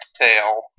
tail